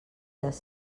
les